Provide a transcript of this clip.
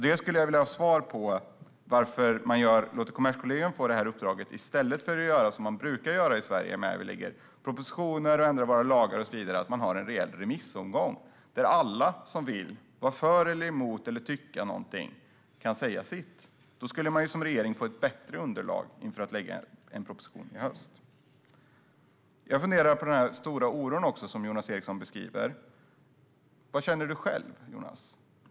Jag skulle vilja ha svar på varför man låter Kommerskollegium få uppdraget i stället för att göra som man brukar göra i Sverige när regeringen lägger fram propositioner, vi ändrar våra lagar och så vidare, då man har en reell remissomgång där alla som vill vara för eller emot eller tycka någonting kan säga sitt. Då får regeringen ett bättre underlag inför att lägga fram en proposition i höst. Jag funderar också på den stora oro som Jonas Eriksson beskriver. Vad känner du själv, Jonas?